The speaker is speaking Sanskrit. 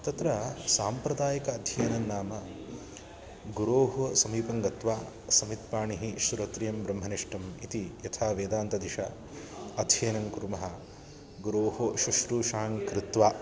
तत्र साम्प्रदायिक अध्ययनं नाम गुरोः समीपं गत्वा समित्पाणिः श्रोत्रियं ब्रह्मनिष्ठम् इति यथा वेदान्तदिशा अध्ययनं कुर्मः गुरोः शुश्रूषां कृत्वा